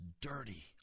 dirty